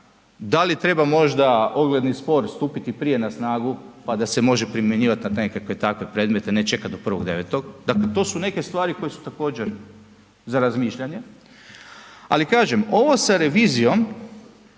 da li treba možda ogledni spor stupiti prije na snagu pa da se može primjenjivat na nekakve takve predmete, ne čekat do 1.9., dakle to su neke stvari koje su također za razmišljanje. Ali kažem ovo sa revizijom,